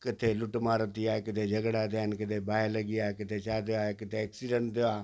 किथे लूटमार थी आहे किथे झॻिड़ा थिया आहिनि किथे बाहि लॻी आहे किथे छा थियो आहे किथे एक्सीडेंट थियो आहे